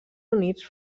units